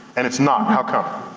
and it's not. how come?